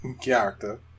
character